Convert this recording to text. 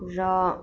र